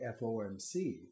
FOMC